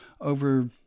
over